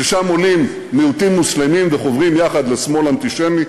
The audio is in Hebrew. ששם עולים מיעוטים מוסלמיים וחוברים יחד לשמאל אנטישמי